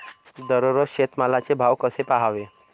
दररोज शेतमालाचे भाव कसे पहावे?